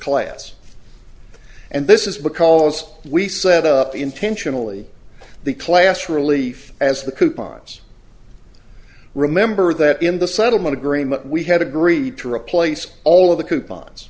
clients and this is because we set up intentionally the class relief as the coupons remember that in the settlement agreement we had agreed to replace all of the coupons